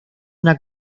una